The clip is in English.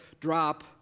drop